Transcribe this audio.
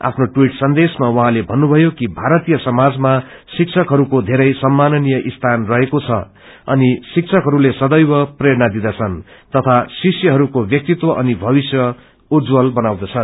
आफ्नो टवीट सन्देशमा उहाँले भन्नुभयो कि भारतीय समाजमा शिक्षकहरूको धरै सम्मान्नीय स्थान रहेको छ शिक्षकहरूले सदैव प्रेरणा दिदँछन् तताा शिष्यहरूको व्याक्तित्व अनि भविष्य उज्जवल बनाउँदछन्